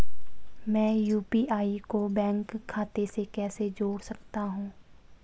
मैं यू.पी.आई को बैंक खाते से कैसे जोड़ सकता हूँ?